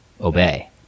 obey